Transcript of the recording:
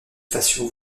façon